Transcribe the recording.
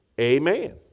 Amen